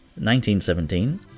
1917